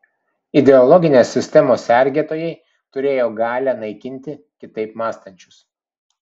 ideologinės sistemos sergėtojai turėjo galią naikinti kitaip mąstančius